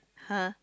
!huh!